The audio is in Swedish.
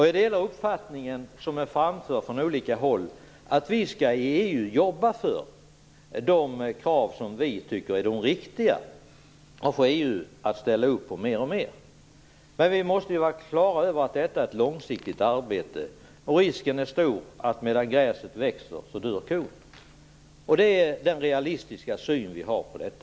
Jag delar uppfattningen som har framförts från olika håll, att vi i EU skall arbeta för att få EU att ställa upp på de krav som vi anser vara riktiga. Men vi måste vara klara över att detta är ett långsiktigt arbete. Risken är stor att medan gräset växer så dör kon. Det är den realistiska syn som vi har på detta.